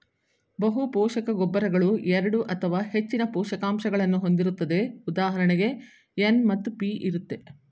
ಬಹುಪೋಷಕ ಗೊಬ್ಬರಗಳು ಎರಡು ಅಥವಾ ಹೆಚ್ಚಿನ ಪೋಷಕಾಂಶಗಳನ್ನು ಹೊಂದಿರುತ್ತದೆ ಉದಾಹರಣೆಗೆ ಎನ್ ಮತ್ತು ಪಿ ಇರುತ್ತೆ